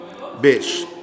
bitch